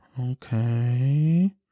okay